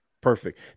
perfect